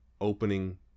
opening